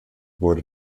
wurde